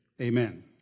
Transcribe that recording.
amen